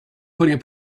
putting